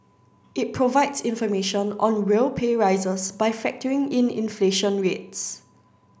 it provides information on real pay rises by factoring in inflation rates